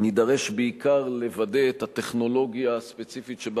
נידרש בעיקר לוודא את הטכנולוגיה הספציפית שבה